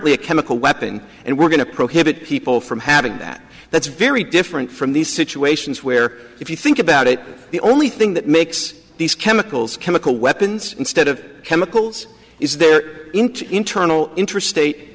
y a chemical weapon and we're going to prohibit people from having that that's very different from these situations where if you think about it the only thing that makes these chemicals chemical weapons instead of chemicals is their internal interstate